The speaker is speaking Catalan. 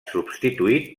substituït